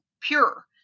pure